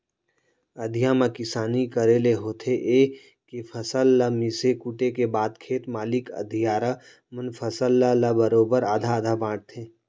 अधिया म किसानी करे ले होथे ए के फसल ल मिसे कूटे के बाद खेत मालिक अधियारा मन फसल ल ल बरोबर आधा आधा बांटथें